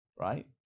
right